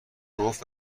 گفت